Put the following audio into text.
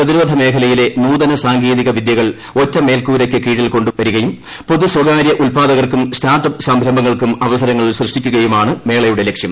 പ്രതിരോധ മേഖലയിലെ നൂതന സാങ്കേതിക വിദ്യകൾ ഒറ്റ മേൽക്കൂരയ്ക്കു കീഴിൽകൊണ്ടു വരി കയും പൊതുസ്വകാര്യ ഉൽപ്പാദകർക്കും സ്റ്റാർട്ടപ്പ് സംരംഭങ്ങൾ ക്കും അവസരങ്ങൾ സൃഷ്ടിക്കുകയുമാണ് മേളയുടെ ലക്ഷ്യം